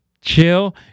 chill